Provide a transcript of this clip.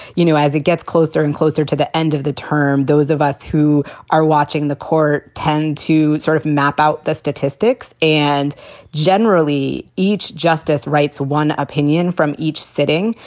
you know, as it gets closer and closer to the end of the term, those of us who are watching the court tend to sort of map out the statistics and generally, each justice writes one opinion from each sitting.